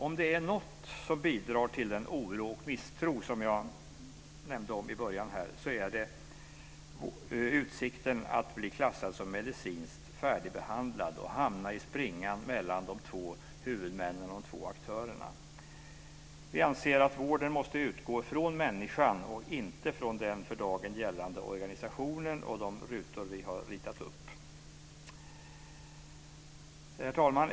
Om det är något som bidrar till den oro och misstro som jag nämnde om i början, så är det utsikten att bli klassad som medicinskt färdigbehandlad och hamna i springan mellan de två huvudmännen och de två aktörerna. Vi anser att vården måste utgå från människan och inte från den för dagen gällande organisationen och de rutor som vi har ritat upp. Herr talman!